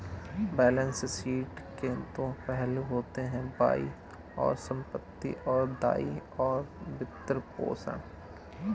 balance sheet के दो पहलू होते हैं, बाईं ओर संपत्ति, और दाईं ओर वित्तपोषण